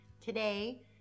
Today